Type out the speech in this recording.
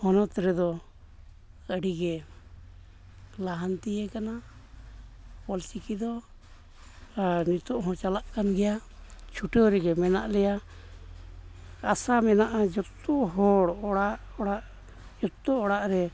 ᱦᱚᱱᱚᱛ ᱨᱮᱫᱚ ᱟᱹᱰᱤ ᱜᱮ ᱞᱟᱦᱟᱱᱛᱤᱭ ᱟᱠᱟᱱᱟ ᱚᱞᱪᱤᱠᱤ ᱫᱚ ᱟᱨ ᱱᱤᱛᱳᱜ ᱦᱚᱸ ᱪᱟᱞᱟᱜ ᱠᱟᱱ ᱜᱮᱭᱟ ᱪᱴᱷᱩᱴᱟᱹᱣ ᱨᱮᱜᱮ ᱢᱮᱱᱟᱜ ᱞᱮᱭᱟ ᱟᱥᱟ ᱢᱮᱱᱟᱜᱼᱟ ᱡᱚᱛᱚ ᱦᱚᱲ ᱚᱲᱟᱜ ᱚᱲᱟᱜ ᱡᱚᱛᱚ ᱚᱲᱟᱜ ᱨᱮ